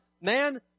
Man